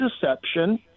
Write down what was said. deception